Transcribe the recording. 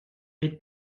bum